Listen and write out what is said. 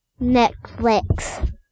Netflix